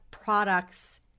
products